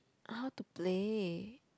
how to play